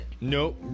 Nope